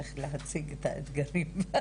איך להציג את האתגרים.